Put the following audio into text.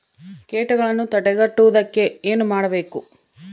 ಕೇಟಗಳನ್ನು ತಡೆಗಟ್ಟುವುದಕ್ಕೆ ಏನು ಮಾಡಬೇಕು?